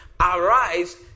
Arise